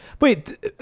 Wait